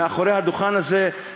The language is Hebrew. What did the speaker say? מאחורי הדוכן הזה,